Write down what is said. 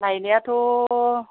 लायनायाथ'